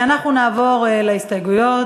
אנחנו נעבור להסתייגויות,